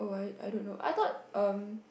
I I don't know I thought um